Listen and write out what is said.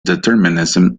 determinism